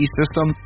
system